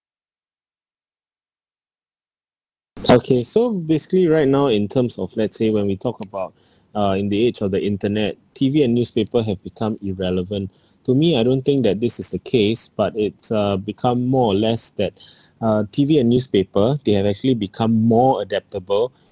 okay so basically right now in terms of let's say when we talk about uh in the age of the internet T_V and newspaper have become irrelevant to me I don't think that this is the case but it's uh become more or less that uh T_V and newspaper they have actually become more adaptable